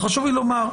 וחשוב לי לומר,